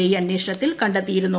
I അന്വേഷണത്തിൽ കണ്ടെത്തിയിരുന്നു